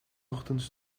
ochtends